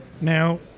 Now